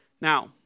Now